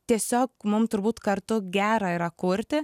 tiesiog mum turbūt kartu gera yra kurti